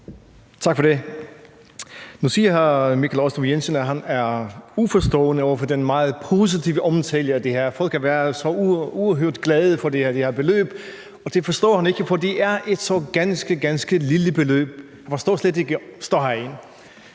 Tak for det. Nu siger hr. Michael Aastrup Jensen, at han er uforstående over for den meget positive omtale at det her, at folk har været så uhørt glade for at få det her beløb. Det forstår han ikke at de er, for det er et så ganske, ganske lille beløb; han forstår slet ikke den